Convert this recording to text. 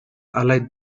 allied